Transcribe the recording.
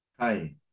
Hi